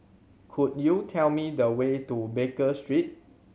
could you tell me the way to Baker Street